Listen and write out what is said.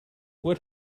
what